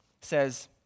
says